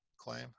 claim